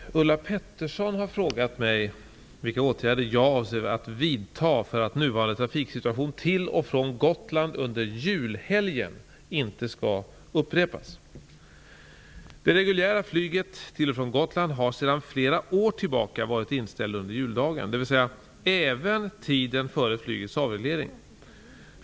Herr talman! Ulla Pettersson har frågat mig vilka åtgärder jag avser att vidta för att nuvarande trafiksituation till och från Gotland under julhelgen inte skall upprepas. även tiden före flygets avreglering.